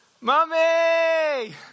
Mommy